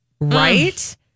Right